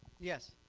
yes,